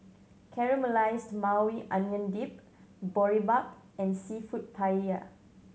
Caramelized Maui Onion Dip Boribap and Seafood Paella